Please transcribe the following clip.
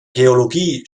geologie